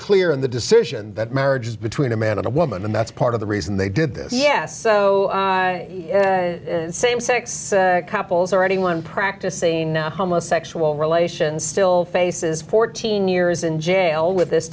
clear in the decision that marriage is between a man and a woman and that's part of the reason they did this yes so same sex couples or anyone practicing now homosexual relations still faces fourteen years in jail with this